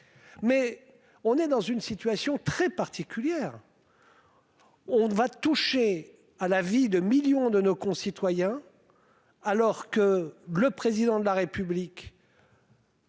Mais on est dans une situation très particulière. On ne va toucher à la vie de millions de nos concitoyens. Alors que le président de la République.